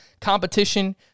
competition